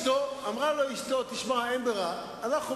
מותר לנו להיות טיפה יותר רציניים בעניין הזה.